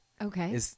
Okay